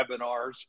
webinars